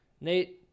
nate